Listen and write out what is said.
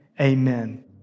Amen